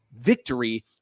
victory